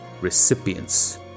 recipients